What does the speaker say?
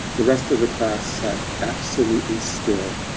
the rest of the class sat absolutely still.